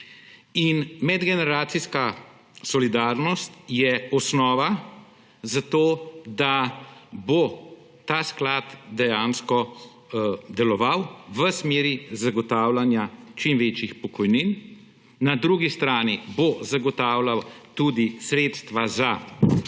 In medgeneracijska solidarnost je osnova za to, da bo ta sklad dejansko deloval v smeri zagotavljanja čim večjih pokojnin. Na drugi strani bo zagotavljal tudi sredstva za starejše